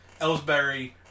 Ellsbury